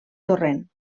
torrent